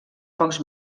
pocs